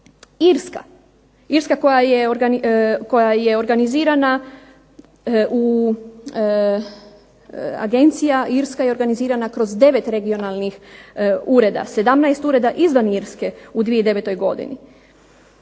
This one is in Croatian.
Irska koja je organizirana u, agencija irska je organizirana kroz 9 regionalnih ureda, 17 ureda izvan Irske u 2009. godini,